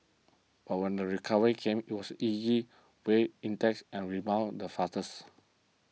but when the recovery came it was weigh index and rebounded the fastest